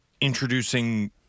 introducing –